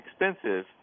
expensive